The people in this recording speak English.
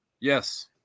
Yes